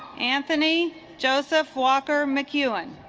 anthony joseph walker mcewen